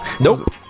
Nope